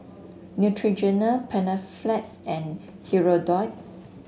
Neutrogena Panaflex and Hirudoid